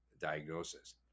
diagnosis